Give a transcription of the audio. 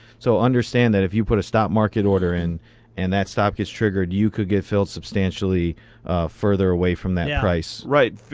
so understand that if you put a stop market order in and that stop gets triggered, you could get filled substantially further away from that price. right,